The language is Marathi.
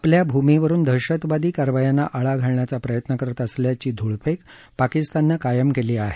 आपल्या भूमीवरुन दहशतवादी कारवायांना आळा घालण्याचा प्रयत्न करत असल्याची धूळफेक पाकिस्तानने कायम केली आहे